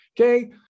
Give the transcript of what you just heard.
okay